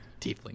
Tiefling